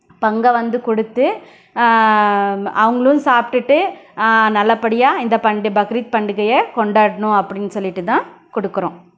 பங்கை வந்து கொடுத்து அவங்களும் சாப்பிட்டுட்டு நல்லபடியாக இந்த பண்டி பக்ரீத் பண்டிகையை கொண்டாடணும் அப்படின்னு சொல்லிட்டு தான் கொடுக்குறோம்